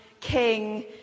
king